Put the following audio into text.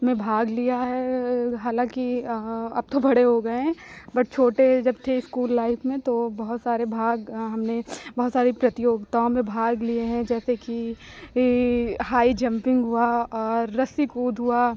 में भाग लिया है हालांकि अब तो बड़े हो गए हैं बट छोटे जब थे इस्कूल लाइफ में तो बहुत सारे भाग हमने बहुत सारे प्रतियोगिताओं में भाग लिए हैं जैसे कि हाई जंपिंग हुआ और रस्सी कूद हुआ